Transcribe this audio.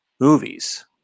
movies